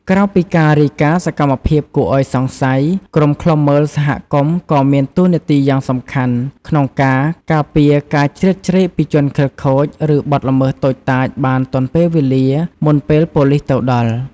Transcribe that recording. ក្រៅពីការរាយការណ៍សកម្មភាពគួរឱ្យសង្ស័យ ក្រុមឃ្លាំមើលសហគមន៍ក៏មានតួនាទីយ៉ាងសំខាន់ក្នុងការ ការពារការជ្រៀតជ្រែកពីជនខិលខូច ឬបទល្មើសតូចតាចបានទាន់ពេលវេលា មុនពេលប៉ូលិសទៅដល់។